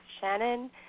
Shannon